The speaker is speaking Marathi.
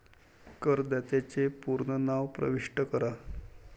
करदात्याचे पूर्ण नाव प्रविष्ट करा